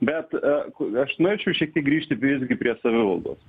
bet aš norėčiau šiek tiek grįžti prie visgi prie savivaldos